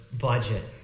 budget